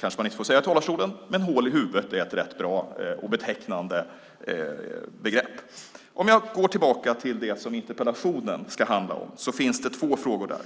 kanske inte får säga så i talarstolen, men jag tycker att "hål i huvudet" är ett rätt bra och betecknande begrepp. Jag går tillbaka till det som interpellationen handlar om. Det finns två frågor där.